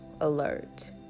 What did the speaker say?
alert